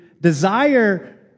desire